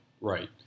Right